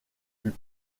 fut